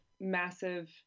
massive